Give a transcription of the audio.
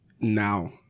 now